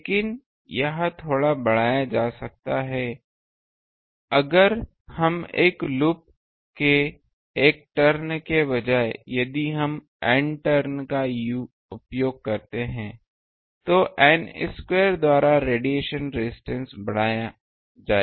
लेकिन यह थोड़ा बढ़ाया जा सकता है अगर हम एक लूप के एक टर्न के बजाय यदि हम N टर्न का उपयोग करते हैं तो N स्क्वायर द्वारा रेडिएशन रेजिस्टेंस बढ़ जाएगा